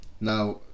now